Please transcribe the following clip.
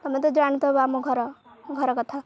ତମେତ ଜାଣିଥିବ ଆମ ଘର ଘର କଥା